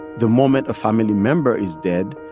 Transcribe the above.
the moment a family member is dead,